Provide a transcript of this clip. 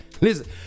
listen